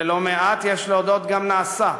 ולא מעט, יש להודות, גם נעשה,